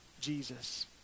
Jesus